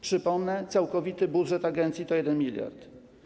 Przypomnę: całkowity budżet agencji to 1 mld.